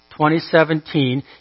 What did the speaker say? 2017